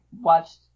watched